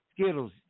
Skittles